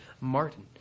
Martin